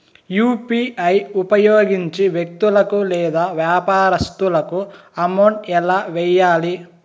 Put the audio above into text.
UPI ఉపయోగించి వ్యక్తులకు లేదా వ్యాపారస్తులకు అమౌంట్ ఎలా వెయ్యాలి